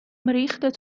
ریختت